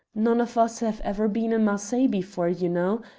none of us have ever been in marseilles before, you know.